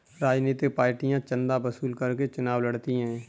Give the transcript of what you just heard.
राजनीतिक पार्टियां चंदा वसूल करके चुनाव लड़ती हैं